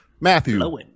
Matthew